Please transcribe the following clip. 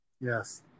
Yes